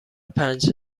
پنج